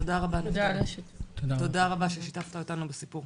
תודה רבה ששיתפת אותנו בסיפור.